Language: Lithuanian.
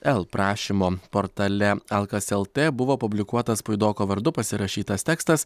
el prašymo portale alkas lt buvo publikuotas puidoko vardu pasirašytas tekstas